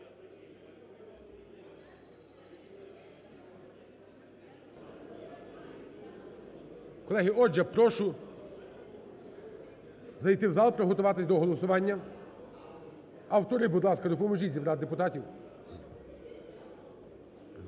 Колеги, отже, прошу зайти в зал, приготуватись до голосування. Автори, будь ласка, допоможіть зібрати депутатів.